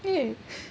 嗯